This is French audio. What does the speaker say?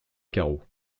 carreaux